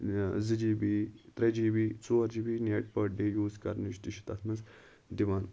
زٕ G B ترٛےٚ G B ژور G B net per day use کرنٕچ تہِ چھُ تَتھ منٛز دِوان